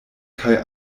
kaj